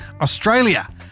Australia